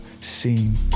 seen